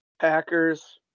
Packers